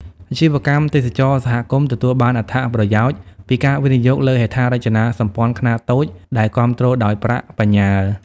អាជីវកម្មទេសចរណ៍សហគមន៍ទទួលបានអត្ថប្រយោជន៍ពីការវិនិយោគលើហេដ្ឋារចនាសម្ព័ន្ធខ្នាតតូចដែលគាំទ្រដោយប្រាក់បញ្ញើ។